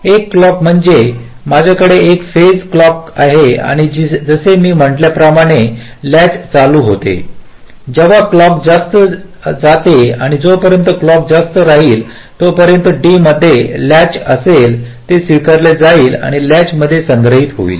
एक क्लॉक म्हणजे माझ्याकडे एक फेज क्लॉक आहे आणि जसे मी म्हटल्या प्रमाणे लॅच चालू होते जेव्हा क्लॉक जास्त जाते आणि जोपर्यंत क्लॉक जास्त राहील तोपर्यंत D मध्ये लॅच काही असेल ते स्वीकारले जाईल आणि लॅच मध्ये संग्रहित होईल